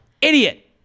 idiot